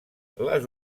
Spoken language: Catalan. les